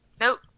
Nope